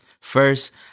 First